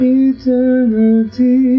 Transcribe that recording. eternity